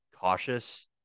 cautious